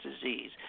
disease